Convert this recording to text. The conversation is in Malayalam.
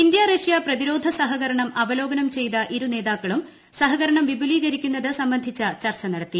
ഇന്തൃ റഷൃ പ്രതിരോധ സഹകരണം അവലോകനം ചെയ്ത ഇരു നേതാക്കളും സഹകരണം വിപുലീകരിക്കുന്നത് സംബന്ധിച്ച് ചർച്ച ചെയ്തു